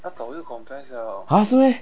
!huh! 是 meh